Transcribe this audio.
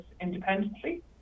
independently